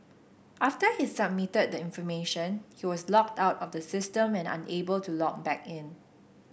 after he submitted the information he was logged out of the system and unable to log back in